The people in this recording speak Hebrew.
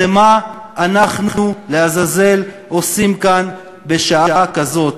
מה אנחנו לעזאזל עושים כאן בשעה כזאת.